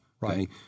Right